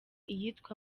iyitwa